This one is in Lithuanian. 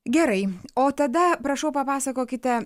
gerai o tada prašau papasakokite